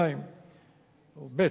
ב.